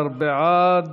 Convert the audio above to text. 12 בעד,